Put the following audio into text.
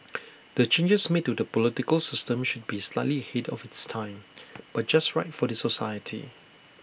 the changes made to the political system should be slightly ahead of its time but just right for the society